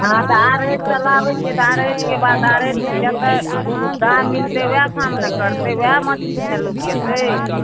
हँ तऽ जतय सुविधा मिलतै उएहठाम ने करतै उएह मछली ने लोग खेतै